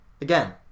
again